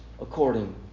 according